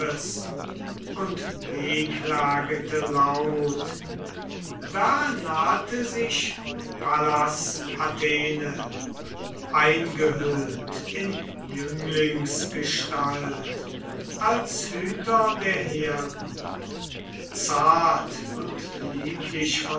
und wehklagete laut da nahte sich pallas athene eingehüllt in jünglingsgestalt als hüter der herden zart und lieblich